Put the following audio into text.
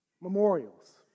memorials